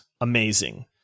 amazing